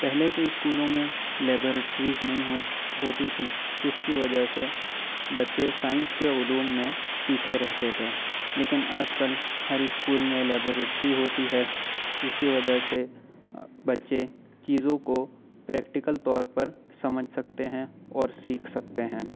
پہلے کے اسکلوں میں لیبورٹیز نہیں ہوتی تھیں جس کی وجہ سے بچے سائنس کے علوم میں پیچھے رہتے تھے لیکن آج کل ہر اسکول میں لیبورٹری ہوتی ہے جس کی وجہ سے بچے چیزوں کو پریکٹیکل طور پر سمجھ سکتے ہیں اور سیکھ سکتے ہیں